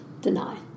deny